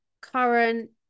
current